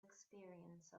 experience